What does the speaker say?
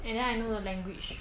and then I know the language